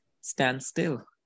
standstill